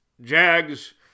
Jags